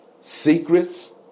secrets